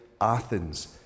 Athens